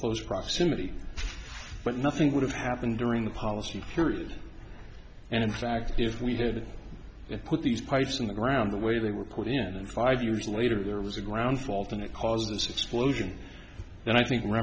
close proximity but nothing would have happened during the policy period and in fact if we had put these pipes in the ground the way they were put in five years later there was a ground fault and it caused this explosion then i think